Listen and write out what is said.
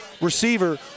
receiver